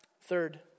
Third